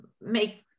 make